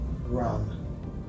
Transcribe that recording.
run